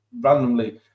randomly